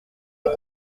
est